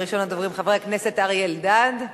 ראשון הדוברים, חבר הכנסת אריה אלדד.